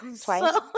Twice